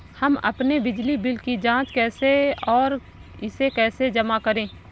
हम अपने बिजली बिल की जाँच कैसे और इसे कैसे जमा करें?